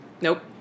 Nope